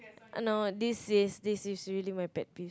no this is this is this is really my pet peeve